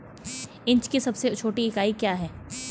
Inch की सबसे छोटी इकाई क्या है?